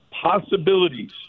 possibilities